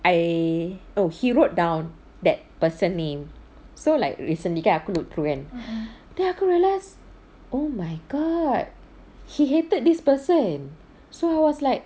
I oh he wrote down that person name so like recently kan aku look through kan then aku realise oh my god he hated this person so I was like